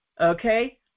Okay